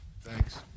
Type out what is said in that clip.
Thanks